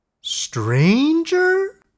stranger